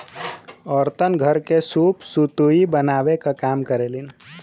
औरतन घर के सूप सुतुई बनावे क काम करेलीन